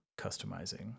customizing